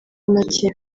make